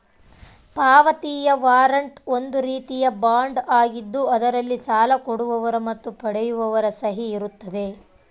ಪಾವತಿಯ ವಾರಂಟ್ ಒಂದು ರೀತಿಯ ಬಾಂಡ್ ಆಗಿದ್ದು ಅದರಲ್ಲಿ ಸಾಲ ಕೊಡುವವರ ಮತ್ತು ಪಡೆಯುವವರ ಸಹಿ ಇರುತ್ತದೆ